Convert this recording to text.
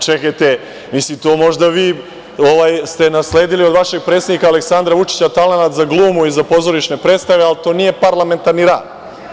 Čekajte, možda ste vi to nasledili od vašeg predsednika Aleksandra Vučića talenat za glumu i za pozorišne predstave, ali to nije parlamentarni rad.